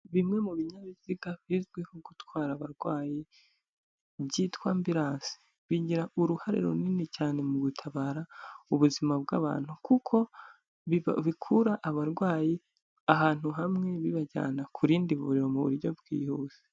Bimwe mu binyabiziga bizwiho gutwara abarwayi byitwa mbirasi, bigira uruhare runini cyane mu gutabara ubuzima bw'abantu, kuko bikura abarwayi ahantu hamwe bibajyana ku rindi vuriro mu buryo bwihuse.